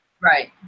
right